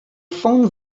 found